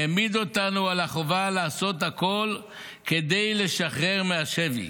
העמיד אותנו על החובה לעשות הכול כדי לשחרר מהשבי.